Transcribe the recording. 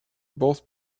both